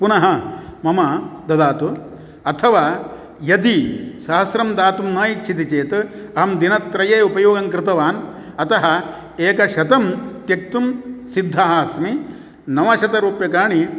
पुनः मम ददातु अथवा यदि सहस्रं दातुं न इच्छति चेत् अहं दिनत्रये उपयोगङ्कृतवान् अतः एकशतं त्यक्तुं सिद्धः अस्मि नवशतरूप्यकाणि